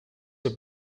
your